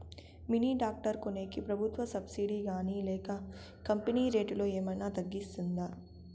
Mini tractor కొనేకి ప్రభుత్వ subsidy గాని లేక కంపెని రేటులో ఏమన్నా తగ్గిస్తుందా?